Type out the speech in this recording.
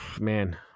man